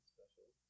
Special